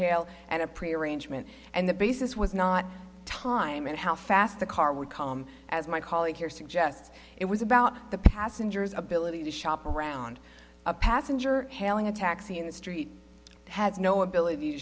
hail and a pre arrangement and the basis was not time and how fast the car would come as my colleague here suggests it was about the passengers ability to shop around a passenger hailing a taxi in the street has no ability to